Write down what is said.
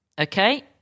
Okay